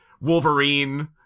Wolverine